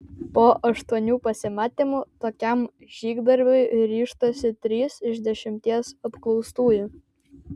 po aštuonių pasimatymų tokiam žygdarbiui ryžtasi trys iš dešimties apklaustųjų